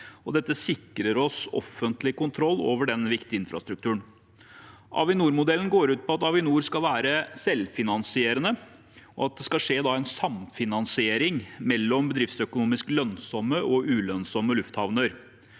dette sikrer oss offentlig kontroll over den viktige infrastrukturen. Avinor-modellen går ut på at Avinor skal være selvfinansierende, og at det skal skje en samfinansiering mellom bedriftsøkonomisk lønnsomme og ulønnsomme lufthavner.